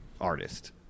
artist